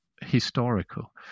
historical